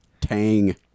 tang